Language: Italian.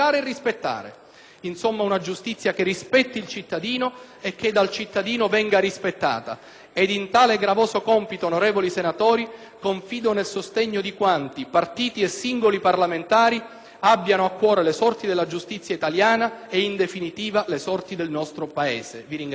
Insomma, una giustizia che rispetti il cittadino e che dal cittadino venga rispettata. In tale gravoso compito, onorevoli senatori, confido nel sostegno di quanti, partiti e singoli parlamentari, abbiano a cuore le sorti della giustizia italiana e, in definitiva, le sorti del nostro Paese. *(Prolungati